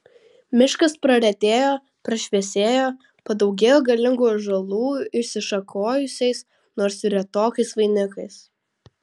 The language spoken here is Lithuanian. miškas praretėjo prašviesėjo padaugėjo galingų ąžuolų išsišakojusiais nors ir retokais vainikais